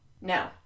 No